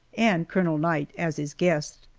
and colonel knight as his guest.